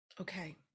Okay